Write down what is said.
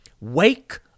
Wake